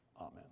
amen